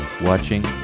watching